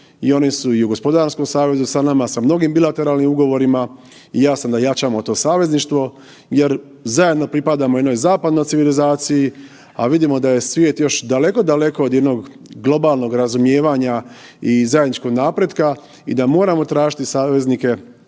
i oni su i u Gospodarskom savezu sa nama, sa mnogim bilateralnim ugovorima i ja sam da jačamo to savezništvo jer zajedno pripadamo jednoj zapadnoj civilizaciji, a vidimo da je svijet još daleko, daleko od jednog globalnog razumijevanja i zajedničkog napretka i da moramo tražiti saveznike